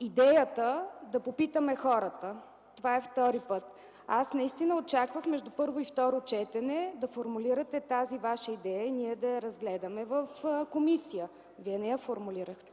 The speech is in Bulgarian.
идеята да попитаме хората. Това е втори път. Аз наистина очаквах между първо и второ четене да формулирате тази Ваша идея и ние да я разгледаме в комисията. Вие не я формулирахте.